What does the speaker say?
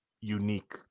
unique